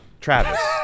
Travis